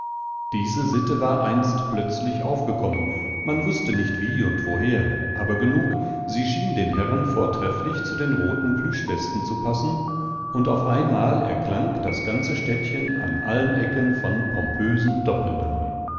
diese sitte war einst plötzlich aufgekommen man wußte nicht wie und woher aber genug sie schien den herren vortrefflich zu den roten plüschwesten zu passen und auf einmal erklang das ganze städtchen an allen ecken von pompösen